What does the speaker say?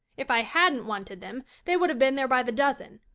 if i hadn't wanted them they would have been there by the dozen.